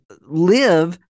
live